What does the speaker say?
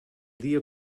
dia